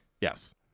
Yes